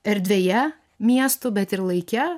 erdvėje miestų bet ir laike